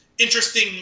interesting